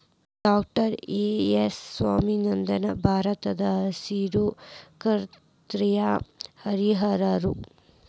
doctor M S Swaminathan ಭಾರತದಹಸಿರು ಕ್ರಾಂತಿಯ ಹರಿಕಾರರು